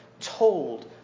told